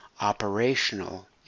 operational